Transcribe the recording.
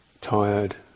tired